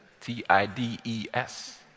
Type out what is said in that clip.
t-i-d-e-s